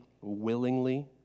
willingly